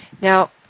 Now